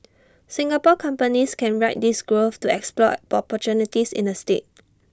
Singapore companies can ride this growth to explore opportunities in the state